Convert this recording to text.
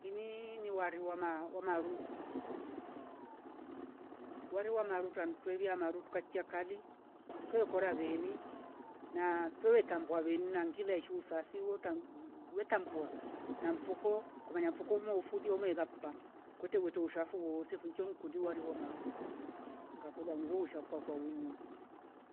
Inii niware wama- wamaaru wale wamaru tchantwevia tukachia kali twekora veni na twe tambua veni nangile shu safi wo tam mhh wetambua na mfuko kumena na mfuko muwofoli meka paah kwetewete ushafo woo sufenchu kundi waruwa maru ngakola wo shakuwa kwawinywa